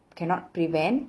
cannot prevent